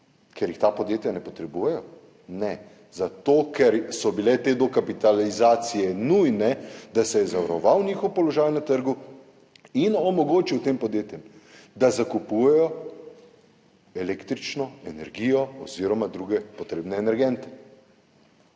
Ker je ta podjetja ne potrebujejo? Ne. Zato, ker so bile te dokapitalizacije nujne, da se je zavaroval njihov položaj na trgu in omogočilo tem podjetjem, da zakupujejo električno energijo oziroma druge potrebne energente.